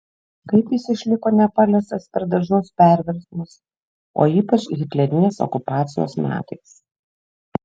kaip jis išliko nepaliestas per dažnus perversmus o ypač hitlerinės okupacijos metais